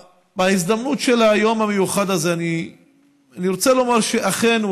בהזדמנות של היום המיוחד הזה אני רוצה לומר שאכן,